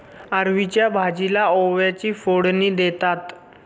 अरबीच्या भाजीला ओव्याची फोडणी देतात